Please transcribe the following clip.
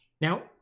Now